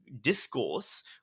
discourse